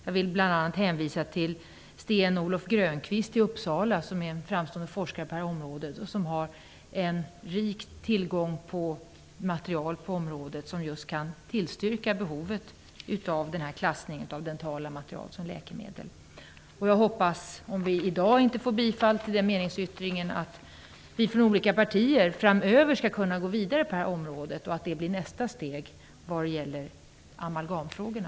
Jag vill bl.a. hänvisa till Sten-Olof Grönkvist i Uppsala -- han är en framstående forskare på det här området och han har rik tillgång till material som kan styrka behovet av en klassning av dentala material som läkemedel. Om vår meningsyttring inte blir bifallen i dag hoppas jag att vi från olika partier skall kunna gå vidare på det här området framöver och att det blir nästa steg när det gäller amalgamfrågorna.